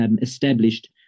established